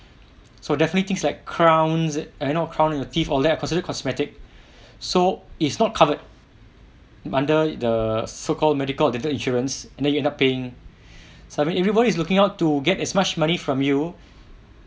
so definitely things like crowns you know crown in the teeth all that are considered cosmetic so it's not covered under the so called medical or dental insurance and then you end up paying so then everybody is looking out to get as much money from you